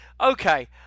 okay